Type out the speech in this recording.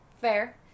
Fair